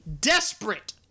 desperate